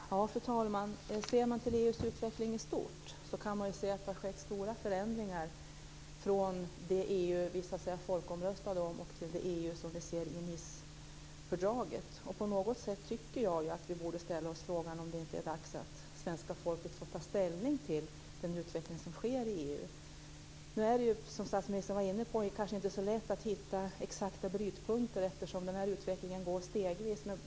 Fru talman! Ser man på EU:s utveckling i stort kan man se att det har skett stora förändringar från det EU som vi folkomröstade om till det EU som vi ser i Nicefördraget. På något sätt tycker jag att vi borde ställa oss frågan om det inte är dags att svenska folket får ta ställning till den utveckling som sker i EU. Nu är det, som statsministern var inne på, kanske inte så lätt att hitta exakta brytpunkter eftersom den här utvecklingen går stegvis.